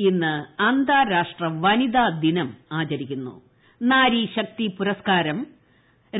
ലോകം ഇന്ന് അന്താരാഷ്ട്ര വനിതാദിനം ആചരിക്കുന്നു നാരീശാക്തീ പുരസ്കാരം